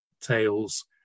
tales